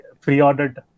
pre-ordered